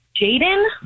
Jaden